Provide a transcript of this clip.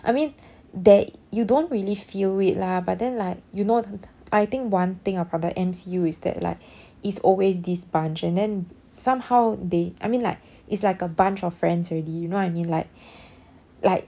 I mean that you don't really feel it lah but then like you know I think one thing about the M_C_U is that like is always this bunch and then somehow they I mean like it's like a bunch of friends already you know what I mean like like